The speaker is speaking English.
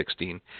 2016